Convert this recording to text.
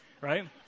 Right